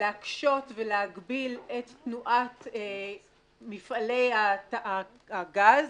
להקשות ולהגביל את תנועת מפעלי הגז,